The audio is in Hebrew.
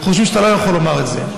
חושב שאתה לא יכול לומר את זה.